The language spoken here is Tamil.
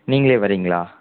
நீங்களே வரிங்களா